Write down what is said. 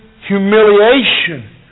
humiliation